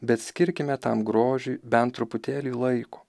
bet skirkime tam grožiui bent truputėlį laiko